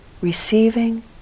receiving